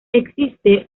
existe